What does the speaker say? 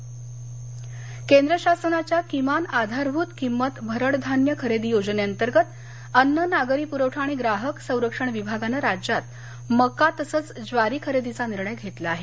भजबळ केंद्र शासनाच्या किमान आधारभूत किंमत भरड धान्य खरेदी योजनेअंतर्गत अन्ननागरी पुरवठा आणि ग्राहक संरक्षण विभागानं राज्यात मका तसंच ज्वारी खरेदीचा निर्णय घेतला आहे